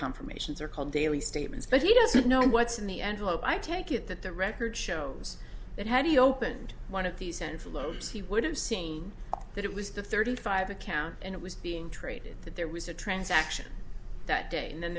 confirmations are called daily statements but he doesn't know what's in the envelope i take it that the record shows that had he opened one of these and floats he would have seen that it was the thirty five account and it was being traded that there was a transaction that day and then